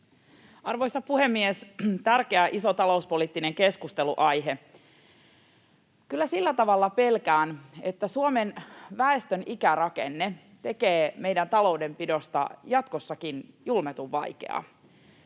Arvoisa puhemies! Tärkeä, iso talouspoliittinen keskustelunaihe. Kyllä sillä tavalla pelkään, että Suomen väestön ikärakenne tekee meidän taloudenpidosta jatkossakin julmetun vaikeaa.